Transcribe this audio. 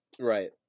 right